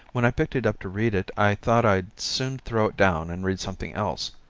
when i picked it up to read it i thought i'd soon throw it down and read something else,